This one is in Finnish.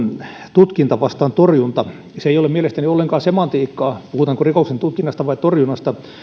tutkinta vastaan torjunta oli hyvä se ei ole mielestäni ollenkaan semantiikkaa puhutaanko rikoksen tutkinnasta vai rikoksen torjunnasta